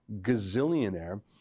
gazillionaire